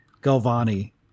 Galvani